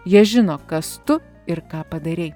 jie žino kas tu ir ką padarei